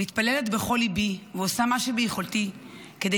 אני מתפללת בכל ליבי ועושה מה שביכולתי כדי